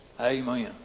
Amen